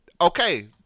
Okay